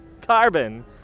Carbon